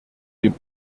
dem